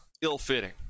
ill-fitting